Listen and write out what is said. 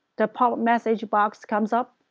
the pop up message box comes up,